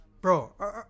bro